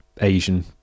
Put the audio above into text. Asian